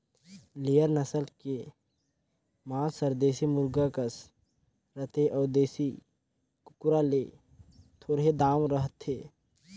layer नसल के मांस हर देसी मुरगा कस रथे अउ देसी कुकरा ले थोरहें दाम रहथे